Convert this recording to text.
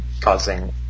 causing